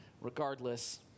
regardless